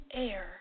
air